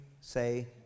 say